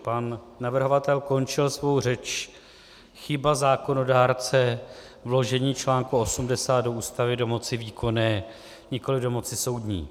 Pan navrhovatel končil svou řeč: chyba zákonodárce vložení článku 80 do Ústavy do moci výkonné, nikoli do moci soudní.